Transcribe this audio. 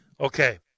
Okay